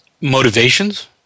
motivations